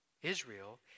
Israel